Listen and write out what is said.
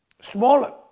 smaller